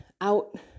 out